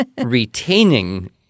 retaining